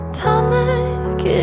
tonic